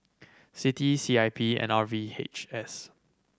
C T C I P and R V H S